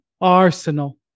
Arsenal